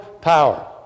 power